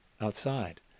outside